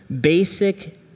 basic